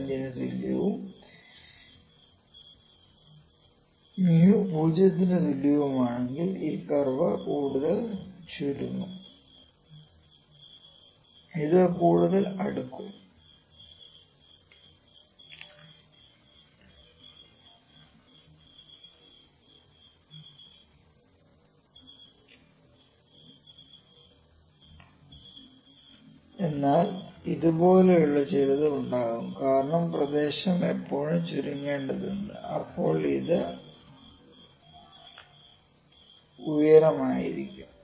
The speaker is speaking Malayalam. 25 ന് തുല്യവും 𝛍 0 ന് തുല്യവുമാണെങ്കിൽ ഈ കർവ് കൂടുതൽ ചുരുങ്ങും ഇത് കൂടുതൽ അടുക്കും എന്നാൽ ഇതുപോലുള്ള ചിലത് ഉണ്ടാകും കാരണം പ്രദേശം എല്ലായ്പ്പോഴും ചുരുങ്ങേണ്ടതുണ്ട് പക്ഷേ ഇപ്പോൾ അത് ഉയരമായിരിക്കും